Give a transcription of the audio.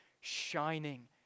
shining